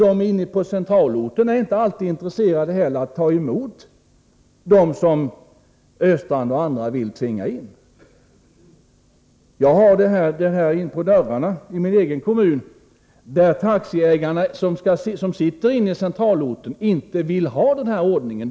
Taxiägarna på centralorten är inte alltid intresserade av att ta emot dem som Olle Östrand och andra ville tvinga dit. Jag har denna företeelse inpå dörrarna i min egen hemkommun. Taxiägarna i centralorten vill inte ha denna ordning.